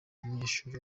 umunyeshuri